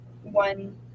One